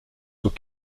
sont